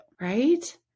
right